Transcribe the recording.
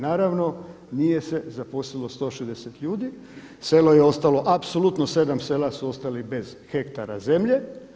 Naravno nije se zaposlilo 160 ljudi, selo je ostalo apsolutno, sedam sela su ostali bez hektara zemlje.